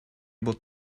able